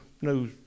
no